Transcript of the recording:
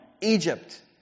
Egypt